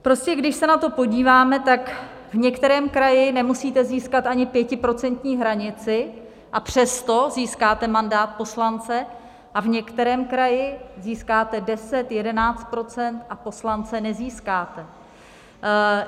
Prostě když se na to podíváme, tak v některém kraji nemusíte získat ani pětiprocentní hranici, a přesto získáte mandát poslance, a v některém kraji získáte 10, 11 %, a poslance nezískáte.